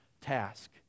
task